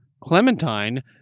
clementine